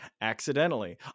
accidentally